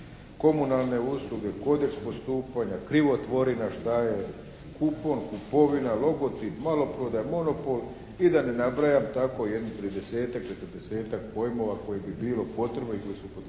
komunalne usluge, kodeks postupanja, krivotvorina šta je, kupon, kupovina, logotip, maloprodaja, monopol i da ne nabrajam tako jedno tridesetak, četrdesetak pojmova koji bi bilo potrebno i koji se upotrebljavaju